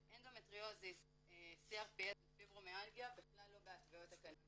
שאנדומטריוזיס ופיברומיאלגיה בכלל לא בהתוויות הקנאביס